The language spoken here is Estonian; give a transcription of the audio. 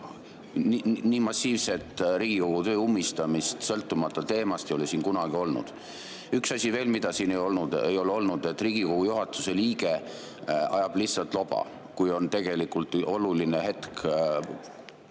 nii massiivset Riigikogu töö ummistamist, sõltumata teemast, ei ole siin kunagi olnud. Üks asi veel, mida siin ei ole olnud: Riigikogu juhatuse liige ajab lihtsalt loba, kui on tegelikult oluline hetk